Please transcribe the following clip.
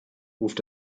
ruft